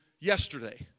yesterday